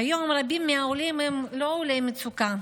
כיום רבים מהעולים הם לא עולי מצוקה,